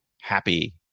happy